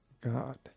god